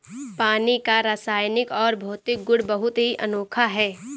पानी का रासायनिक और भौतिक गुण बहुत ही अनोखा है